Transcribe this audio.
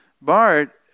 Bart